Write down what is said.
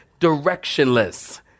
directionless